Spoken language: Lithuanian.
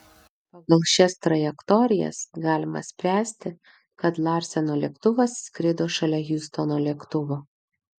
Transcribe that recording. pagal šias trajektorijas galima spręsti kad larseno lėktuvas skrido šalia hiustono lėktuvo